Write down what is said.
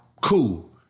cool